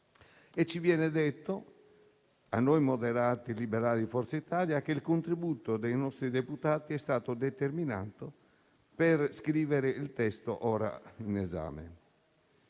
e viene detto a noi moderati liberali di Forza Italia che il contributo dei nostri deputati è stato determinante per scrivere il testo ora in esame.